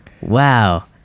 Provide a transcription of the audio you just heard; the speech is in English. wow